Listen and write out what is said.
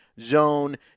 zone